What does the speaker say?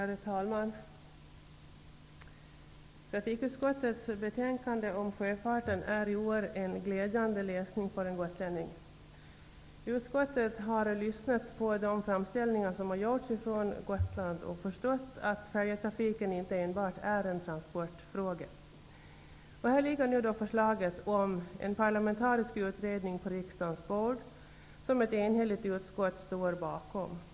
Herr talman! Trafikutskottets betänkande om sjöfarten är i år en glädjande läsning för en gotlänning. Utskottet har lyssnat på de framställningar som har gjorts från Gotland och har förstått att färjetrafiken inte enbart är en transportfråga. Här ligger nu förslaget om en parlamentarisk utredning på riksdagens bord, och ett enhälligt utskott står bakom förslaget.